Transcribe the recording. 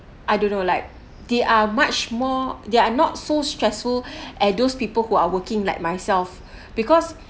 I don't know like they are much more they are not so stressful at those people who are working like myself because